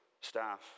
staff